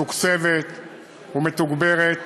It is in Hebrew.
מתוקצבת ומתוגברת,